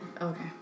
Okay